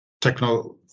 techno